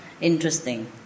interesting